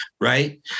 Right